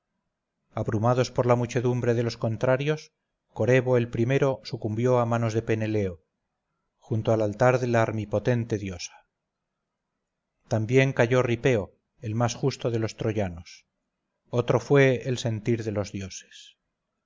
abrumados por la muchedumbre de los contrarios corebo el primero sucumbió a manos de peneleo junto al altar de la armipotente diosa también cayó ripeo el más justo de los troyanos otro fue el sentir de los dioses